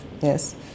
Yes